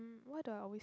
um what do I always